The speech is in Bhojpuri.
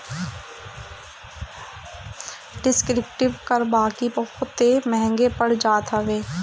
डिस्क्रिप्टिव कर बाकी बहुते महंग पड़ जात हवे